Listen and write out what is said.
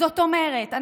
זאת אומרת,